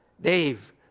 Dave